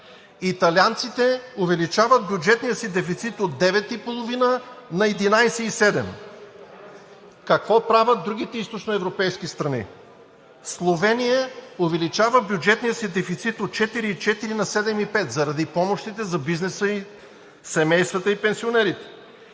италианците увеличават бюджетния си дефицит от 9,5 на 11,7. Какво правят другите източноевропейски страни? Словения увеличава бюджетния си дефицит от 4,4 на 7,5 заради помощите за бизнеса, семействата и пенсионерите.